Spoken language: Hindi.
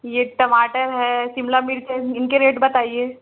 ये टमाटर है शिमला मिर्च है इनके रेट बताइए